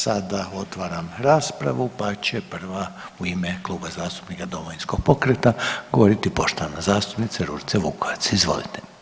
Sada otvaram raspravu, pa će prva u ime Kluba zastupnika Domovinskog pokreta govoriti poštovana zastupnica Ružica Vukovac, izvolite.